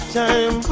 time